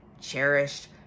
cherished